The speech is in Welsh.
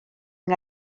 yng